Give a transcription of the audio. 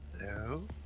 Hello